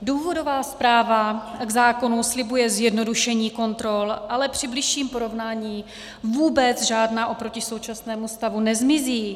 Důvodová zpráva k zákonu slibuje zjednodušení kontrol, ale při bližším porovnání vůbec žádná oproti současnému stavu nezmizí.